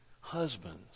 husbands